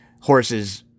horse's